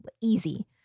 easy